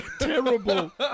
Terrible